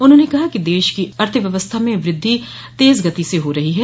उन्होंने कहा कि देश की अर्थव्यवस्था में वृद्धि तेज गति से हो रही है